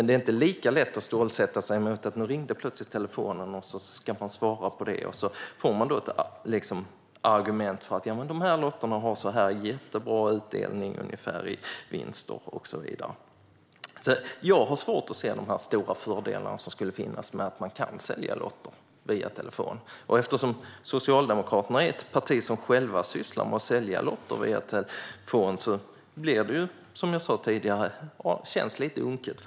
Det är inte lika lätt att stålsätta sig när telefonen plötsligt ringer och man ska svara på argument som att de här lotterna har jättebra utdelning i vinst och så vidare. Jag har svårt att se de stora fördelar som skulle finnas med att man kan sälja lotter via telefon. Eftersom Socialdemokraterna är ett parti som själva sysslar med att sälja lotter via telefon känns det, som jag sa tidigare, lite unket.